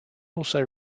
also